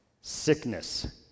Sickness